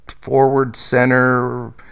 forward-center